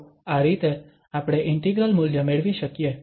તો આ રીતે આપણે ઇન્ટિગ્રલ મૂલ્ય મેળવી શકીએ